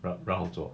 然然后做